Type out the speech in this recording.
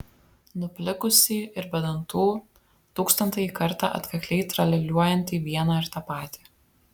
nuplikusį ir be dantų tūkstantąjį kartą atkakliai tralialiuojantį vieną ir tą patį